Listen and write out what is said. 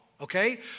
Okay